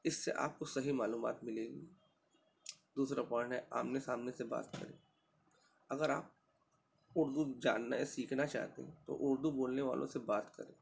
اس سے آپ کو صحیح معلومات ملے گی دوسرا پوائنٹ ہے آمنے سامنے سے بات کریں اگر آپ اردو جاننا یا سیکھنا چاہتے ہیں تو اردو بولنے والوں سے بات کریں